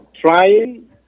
trying